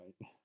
right